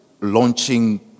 launching